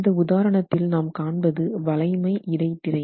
இந்த உதாரணத்தில் நாம் காண்பது வளைமை இடைத்திரை